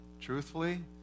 truthfully